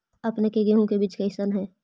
अपने के गेहूं के बीज कैसन है?